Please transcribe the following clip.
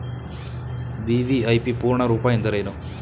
VVIP ಪೂರ್ಣ ರೂಪ ಎಂದರೇನು?